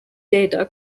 data